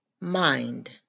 Mind